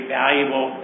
valuable